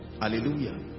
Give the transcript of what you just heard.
Hallelujah